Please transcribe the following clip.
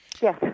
Yes